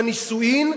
בנישואים,